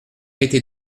été